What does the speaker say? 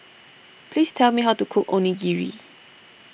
please tell me how to cook Onigiri